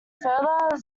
further